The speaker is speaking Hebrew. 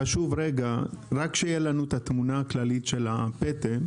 חשוב שתהיה לנו התמונה הכללית של הפטם.